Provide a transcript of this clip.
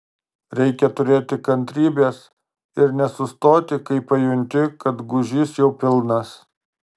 reikia turėti kantrybės ir nesustoti kai pajunti kad gūžys jau pilnas